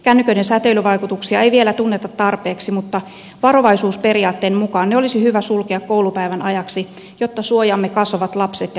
kännyköiden säteilyvaikutuksia ei vielä tunneta tarpeeksi mutta varovaisuusperiaatteen mukaan ne olisi hyvä sulkea koulupäivän ajaksi jotta suojaamme kasvavat lapset ja nuoret